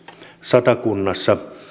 satakunnassa